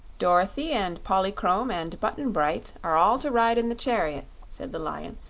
dorothy and polychrome and button-bright are all to ride in the chariot, said the lion.